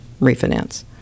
refinance